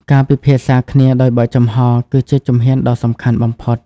ការពិភាក្សាគ្នាដោយបើកចំហ គឺជាជំហានដ៏សំខាន់បំផុត។